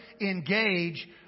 engage